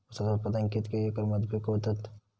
ऊसाचा उत्पादन कितक्या एकर मध्ये पिकवतत?